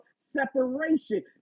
separation